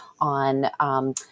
on